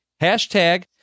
Hashtag